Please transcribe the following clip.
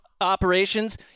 operations